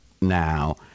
now